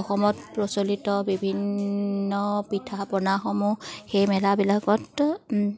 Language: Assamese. অসমত প্ৰচলিত বিভিন্ন পিঠা পনাসমূহ সেই মেলাবিলাকত